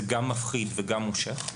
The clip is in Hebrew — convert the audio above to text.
זה גם מפחיד וגם מושך.